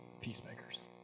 peacemakers